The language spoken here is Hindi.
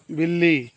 बिल्ली